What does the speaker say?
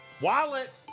Wallet